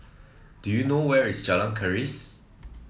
do you know where is Jalan Keris